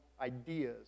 ideas